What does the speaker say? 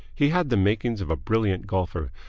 he had the makings of a brilliant golfer,